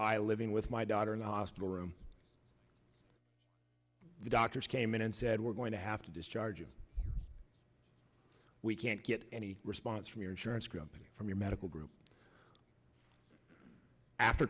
i living with my daughter in the hospital room the doctors came in and said we're going to have to discharge you we can't get any response from your insurance company from your medical group after